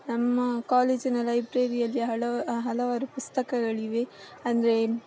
ನಮ್ಮ ಕಾಲೇಜಿನ ಲೈಬ್ರೆರಿಯಲ್ಲಿ ಹಳ ಹಲವಾರು ಪುಸ್ತಕಗಳಿವೆ ಅಂದ್ರೇ